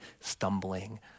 stumbling